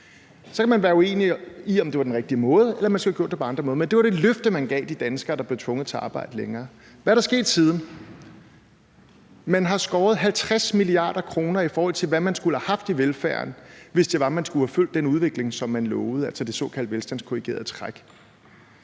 man skulle have gjort det på andre måder. Men det var det løfte, man gav de danskere, der blev tvunget til at arbejde længere. Hvad er der sket siden? Man har skåret 50 mia. kr. i velfærden, i forhold til hvad man skulle have haft, hvis man skulle have fulgt den udvikling, som man lovede, altså det såkaldte velstandskorrigerede træk.